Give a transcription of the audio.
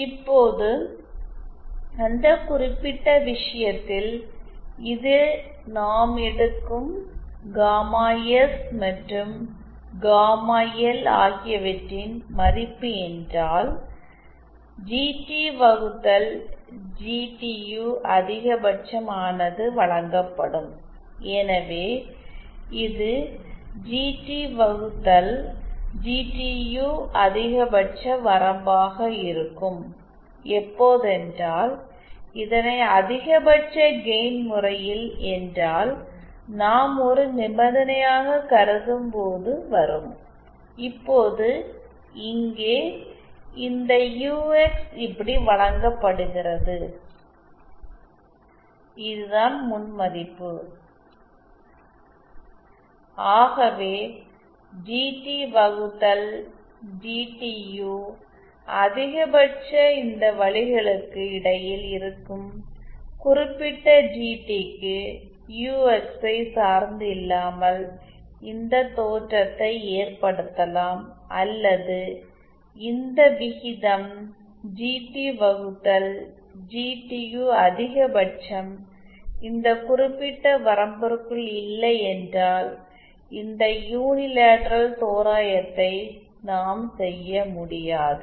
இப்போது அந்த குறிப்பிட்ட விஷயத்தில் இது நாம் எடுக்கும் காமா எஸ் மற்றும் காமா எல் ஆகியவற்றின் மதிப்பு என்றால் ஜிடி வகுத்தல் ஜிடியு அதிகபட்சம் ஆனது வழங்கப்படும் எனவே இது ஜிடி வகுத்தல் ஜிடியு அதிகபட்சம் வரம்பாக இருக்கும் எப்போதென்றால் இதனை அதிகபட்ச கெயின் முறையில் என்றால் நாம் ஒரு நிபந்தனை ஆக கருதும் போது வரும் இப்போது இங்கே இந்த யுஎக்ஸ் இப்படி வழங்கப்படுகிறது இதுதான் முன் மதிப்பு ஆகவே ஜிடி வகுத்தல் ஜிடியு அதிகபட்சம் இந்த வழிகளுக்கு இடையில் இருக்கும் குறிப்பிட்ட ஜிடிக்கு யுஎக்ஸ்ஸை சார்ந்து இல்லாமல் இந்த தோற்றத்தை ஏற்படுத்தலாம் அல்லது இந்த விகிதம் ஜிடி வகுத்தல் ஜிடியு அதிகபட்சம் இந்த குறிப்பிட்ட வரம்பிற்குள் இல்லை என்றால் இந்த யூனிலேட்ரல் தோராயத்தை நாம் செய்ய முடியாது